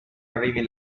arrivi